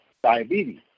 Diabetes